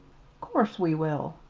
course we will!